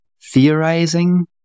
theorizing